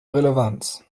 relevanz